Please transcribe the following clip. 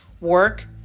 Work